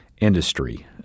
industry